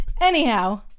Anyhow